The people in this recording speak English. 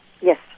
Yes